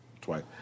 twice